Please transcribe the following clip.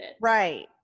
Right